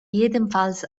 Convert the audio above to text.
jedenfalls